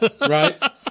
Right